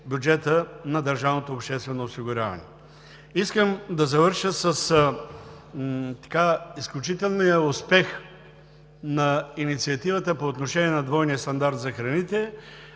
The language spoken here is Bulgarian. на държавното обществено осигуряване. Искам да завърша с изключителния успех на инициативата по отношение на двойния стандарт за храните,